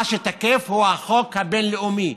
מה שתקף הוא החוק הבין-לאומי,